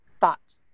thought